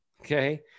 Okay